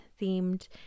themed